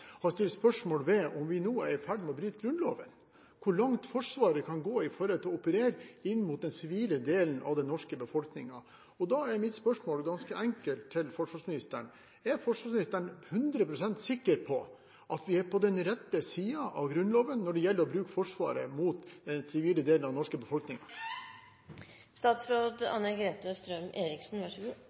har stilt spørsmål ved om vi nå er i ferd med å bryte Grunnloven, om hvor langt Forsvaret kan gå i å operere inn mot den sivile delen av den norske befolkningen. Mitt spørsmål til forsvarsministeren er ganske enkelt: Er forsvarsministeren hundre prosent sikker på at vi er på den rette siden av Grunnloven når det gjelder å bruke Forsvaret mot den sivile delen av den norske